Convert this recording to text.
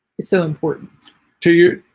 so important to you